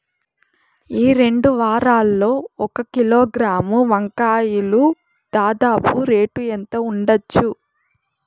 ఈ రెండు వారాల్లో ఒక కిలోగ్రాము వంకాయలు దాదాపు రేటు ఎంత ఉండచ్చు?